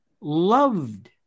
loved